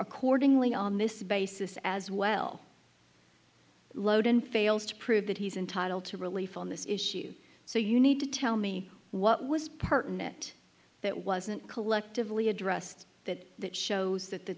accordingly on this basis as well lowden fails to prove that he's entitled to relief on this issue so you need to tell me what was pertinent that wasn't collectively addressed that that shows that the